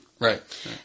Right